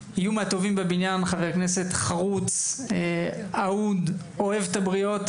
חבר כנסת חרוץ, אהוד, אוהב את הבריות.